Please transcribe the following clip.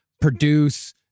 produce